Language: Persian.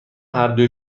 هردو